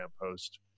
post